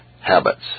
habits